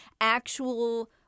actual